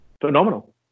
Phenomenal